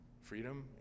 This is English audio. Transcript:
freedom